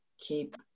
keep